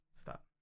Stop